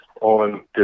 on